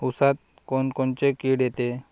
ऊसात कोनकोनची किड येते?